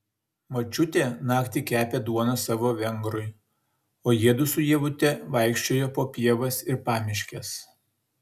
močiutė naktį kepė duoną savo vengrui o jiedu su ievute vaikščiojo po pievas ir pamiškes